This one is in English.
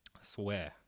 swear